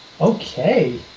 Okay